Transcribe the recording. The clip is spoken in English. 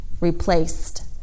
replaced